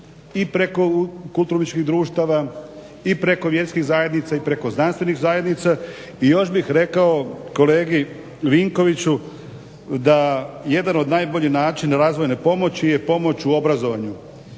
i preko kulturno-umjetničkih društava i preko vjerskih zajednica i preko znanstvenih zajednica. I još bih rekao kolegi Vinkoviću da jedan od najboljih načina razvojne pomoći je pomoć u obrazovanju.